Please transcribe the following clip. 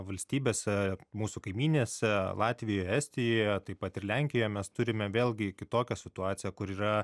valstybėse mūsų kaimynėse latvijoj estijoje taip pat ir lenkijoje mes turime vėlgi kitokią situaciją kur yra